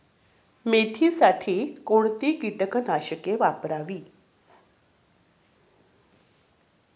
मेथीसाठी कोणती कीटकनाशके वापरावी?